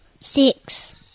Six